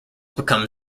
become